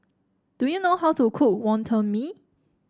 do you know how to cook Wonton Mee